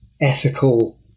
ethical